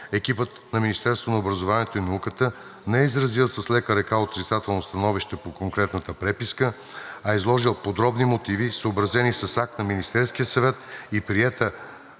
екипът на Министерството на образованието и науката не е изразил с лека ръка отрицателно становище по конкретната преписка, а е изложил подробни мотиви, съобразени с акт на Министерския съвет и приета